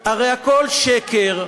הרי הכול שקר.